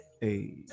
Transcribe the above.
hey